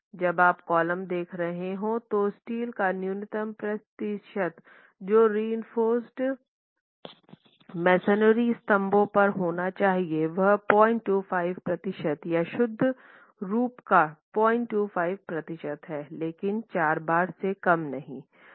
जब आप कॉलम देख रहे हों तो स्टील का न्यूनतम प्रतिशत जो रिइंफोर्स मेसनरी स्तंभों पर होना चाहिए वह 025 प्रतिशत या शुद्ध क्षेत्र का 025 प्रतिशत हैलेकिन 4 बार से कम नहीं